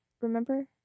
remember